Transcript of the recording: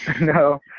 No